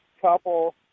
couple –